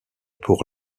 pour